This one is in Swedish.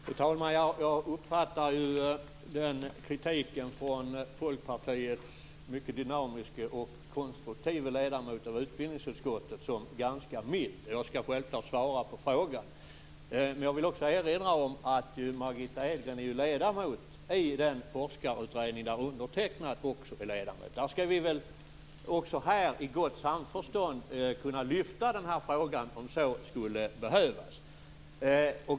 Fru talman! Jag uppfattar den kritiken från Folkpartiets mycket dynamiska och konstruktiva ledamot i utbildningsutskottet som ganska mild. Jag skall självfallet svara på frågan. Jag vill också erinra om att Margitta Edgren är ledamot i den forskarutredning där även undertecknad är ledamot. Därför skall vi väl också här i gott samförstånd kunna lyfta den här frågan om så skulle behövas.